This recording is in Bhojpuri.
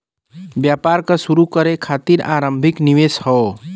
व्यापार क शुरू करे खातिर आरम्भिक निवेश हौ